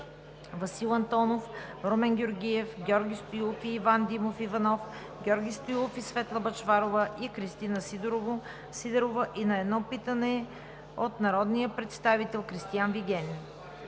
Васил Антонов, Румен Георгиев, Георги Стоилов и Иван Димов Иванов, Георги Стоилов и Светла Бъчварова, и Кристина Сидорова, и на едно питане от народния представител Кристиан Вигенин.